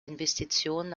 investitionen